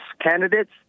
candidates